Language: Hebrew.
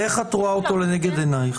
איך את רואה אותו לנגד עינייך?